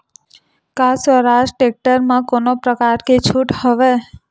का स्वराज टेक्टर म कोनो प्रकार के छूट हवय?